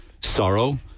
sorrow